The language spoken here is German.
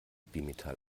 bimetall